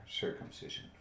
circumcision